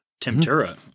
tempura